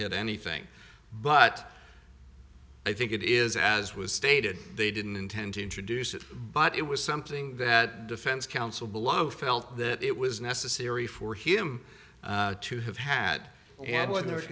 hid anything but i think it is as was stated they didn't intend to introduce it but it was something that defense counsel below felt that it was necessary for him to have had and what the